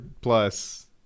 plus